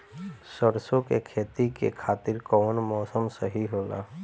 सरसो के खेती के खातिर कवन मौसम सही होला?